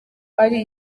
ari